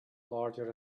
larger